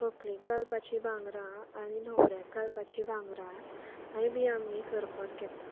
व्हंकलेक घालपाचीं भांगरां आनी न्हवऱ्याक घालपाचीं भांगरा हेंय बी आमी करपाक घेता